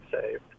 saved